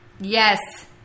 yes